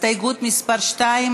עיסאווי פריג',